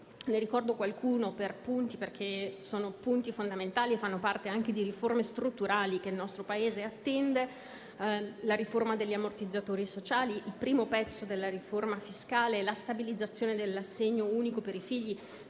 Ne ricordo qualcuna per punti perché sono misure fondamentali che fanno parte di riforme strutturali che il nostro Paese attende: la riforma degli ammortizzatori sociali, il primo pezzo della riforma fiscale e la stabilizzazione dell'assegno unico per i figli